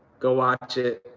go watch it.